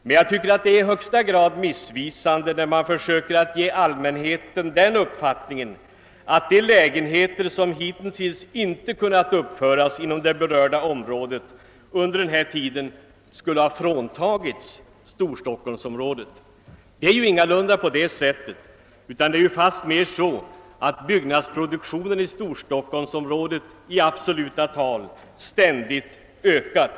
Men jag tycker det är i högsta grad missvisande att försöka ge allmänheten den uppfattningen att de lägenheter som hitintills inte kunnat uppföras inom det ifrågavarande området under denna tid skulle ha fråntagits Storstockholmsområdet. Situationen är fastmer den att byggnadsproduktionen i Storstockholmsområdet i absolut tal ständigt ökat.